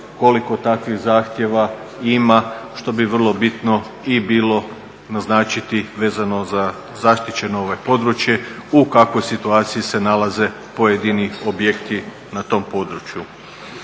koliko takvih zahtjeva ima što bi vrlo bitno bilo naznačiti vezano za zaštićeno područje, u kakvoj situaciji se nalaze pojedini objekti na tom području.